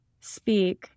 speak